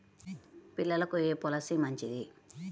పిల్లలకు ఏ పొలసీ మంచిది?